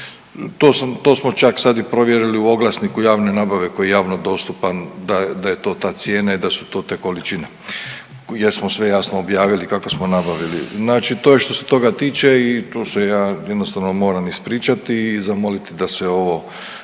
to smo čak sad i provjerili u oglasniku javne nabave koji je javno dostupan da je to ta cijena i da su to te količine jer smo sve, jasno objavili kako smo nabavili. Znači to je što se toga tiče i tu se ja jednostavno moram ispričati i zamoliti da se ovo